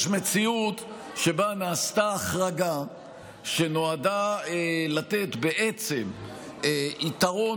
יש מציאות שבה נעשתה החרגה שנועדה לתת בעצם יתרון